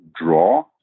draw